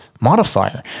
modifier